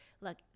look